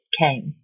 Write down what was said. came